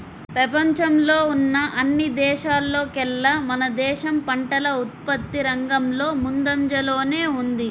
పెపంచంలో ఉన్న అన్ని దేశాల్లోకేల్లా మన దేశం పంటల ఉత్పత్తి రంగంలో ముందంజలోనే ఉంది